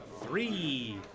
three